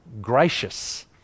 gracious